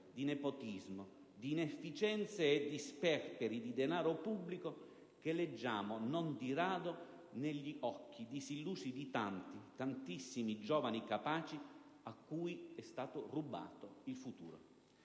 di nepotismo, di inefficienze e di sperperi di denaro pubblico che leggiamo non di rado negli occhi disillusi di tanti, tantissimi giovani capaci a cui è stato rubato il futuro.